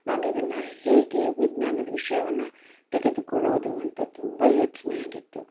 ನಾನಿದನ್ನು ಹೇಗೆ ವಿಜ್ಞಾನದ ವಿಷಯವನ್ನು ತೆಗೆದುಕೊಳ್ಳೋದು ಅಂತ ತುಂಬ ಯೋಚನೆಯಾಗಿತ್ತು